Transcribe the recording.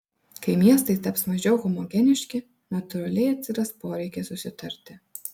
kai miestai taps mažiau homogeniški natūraliai atsiras poreikis susitarti